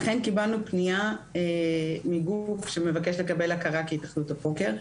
אכן קיבלנו פניה מגוף שמבקש לקבל הכרה כהתאחדות הפוקר.